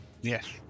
yes